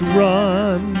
run